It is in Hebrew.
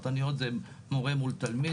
פרטניות זה מורה מול תלמיד,